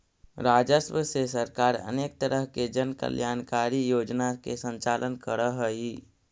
राजस्व से सरकार अनेक तरह के जन कल्याणकारी योजना के संचालन करऽ हई